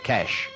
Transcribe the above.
Cash